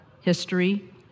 history